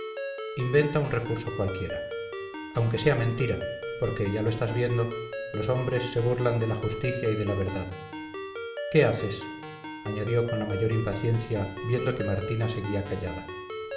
inventa un recurso cualquiera aunque sea mentira porque ya lo estás viendo los hombres se burlan de la justicia y de la verdad qué haces añadió con la mayor impaciencia viendo que martina seguía callada